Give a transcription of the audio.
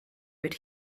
would